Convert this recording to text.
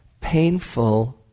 painful